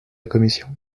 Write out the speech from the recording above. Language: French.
commission